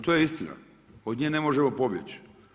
To je istina, od nje ne možemo pobjeći.